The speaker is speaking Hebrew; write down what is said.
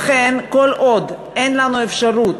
לכן, כל עוד אין לנו אפשרות